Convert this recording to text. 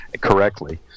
correctly